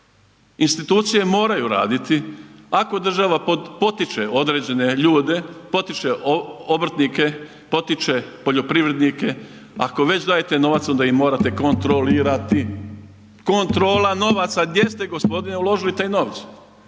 Institucije moraju raditi, ako država potiče određene ljude, potiče obrtnike, potiče poljoprivrednike, ako već dajete nova onda ih morate kontrolirati. Kontrola novaca, gdje ste gospodine uložili te novce,